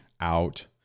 out